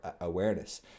awareness